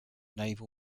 naval